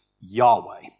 Yahweh